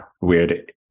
weird